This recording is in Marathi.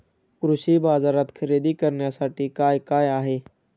कृषी बाजारात खरेदी करण्यासाठी काय काय आहे?